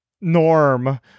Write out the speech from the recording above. norm